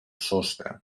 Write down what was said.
sostre